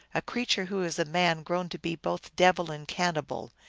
a creature who is a man grown to be both devil and cannibal,